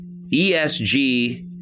ESG